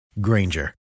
Granger